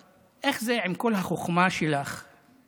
אבל איך זה שעם כל החוכמה שלך והאסרטיביות,